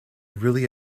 really